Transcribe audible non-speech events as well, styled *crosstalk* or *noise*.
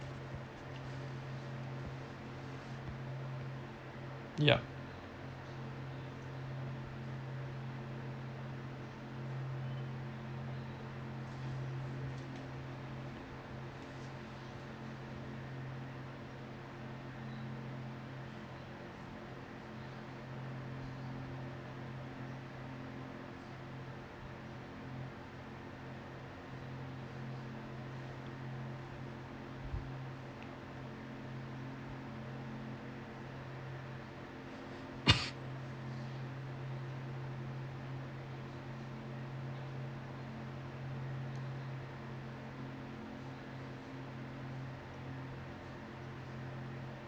yup *coughs*